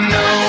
no